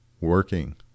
working